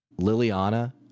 Liliana